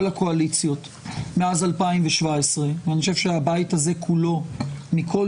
הקואליציות מאז 2017. אני חושב שהבית הזה כולו מכל